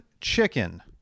Chicken